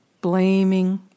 blaming